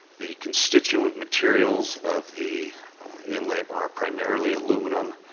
the constituent materials of the inlet are primarily aluminum,